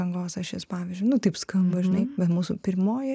angos ašis pavyzdžiui nu taip skamba žinai bet mūsų pirmoji